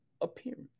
appearance